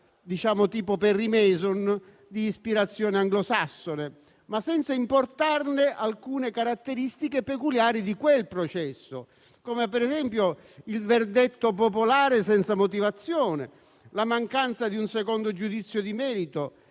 tipo di Perry Mason, di ispirazione anglosassone, ma senza importare alcune caratteristiche peculiari di quel processo, come per esempio il verdetto popolare senza motivazione, la mancanza di un secondo giudizio di merito,